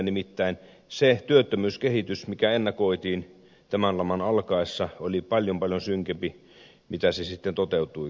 nimittäin se työttömyyskehitys mikä ennakoitiin tämän laman alkaessa oli paljon paljon synkempi kuin se mikä sitten toteutuikaan